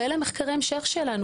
ואלה מחקרי המשך שלנו,